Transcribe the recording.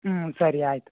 ಹೂಂ ಸರಿ ಆಯಿತು